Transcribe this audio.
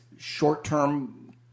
short-term